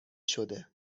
شده